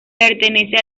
pertenece